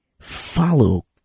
follow